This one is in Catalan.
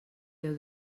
déu